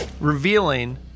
revealing